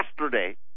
yesterday